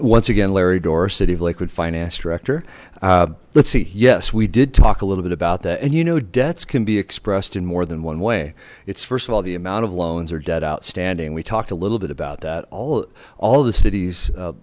once again larry d'or city of liquid finance director let's see yes we did talk a little bit about that and you know debts can be expressed in more than one way it's first of all the amount of loans are dead outstanding we talked a little bit about that all all the cit